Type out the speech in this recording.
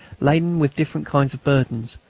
laden with different kinds of burdens,